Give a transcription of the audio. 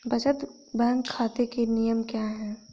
बचत बैंक खाता के नियम क्या हैं?